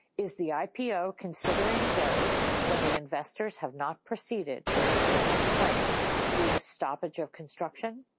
is the ipo considering those when the investors have not proceeded with the business plan due to stoppage of construction?